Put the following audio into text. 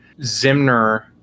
Zimner